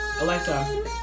Alexa